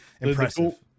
impressive